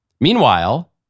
Meanwhile